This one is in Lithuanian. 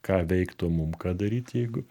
ką veikt o mum ką daryt jeigu